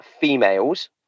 females